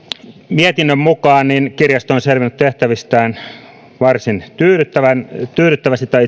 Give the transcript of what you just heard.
mietinnön mukaan kirjasto on selvinnyt tehtävistään varsin tyydyttävästi tyydyttävästi tai